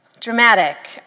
Dramatic